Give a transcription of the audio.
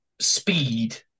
speed